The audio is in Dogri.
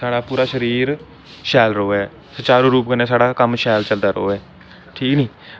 साढ़ा पूरा शरीर शैल रवै सुचारू रूप कन्नै साढ़ा कम्म शैल चलदा रवै ठीक नी